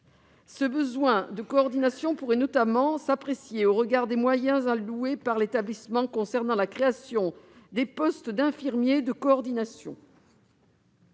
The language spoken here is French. ce besoin de coordination pourrait notamment s'apprécier au regard des moyens alloués par l'établissement à la création de postes d'infirmiers de coordination.